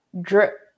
drip